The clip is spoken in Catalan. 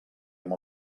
amb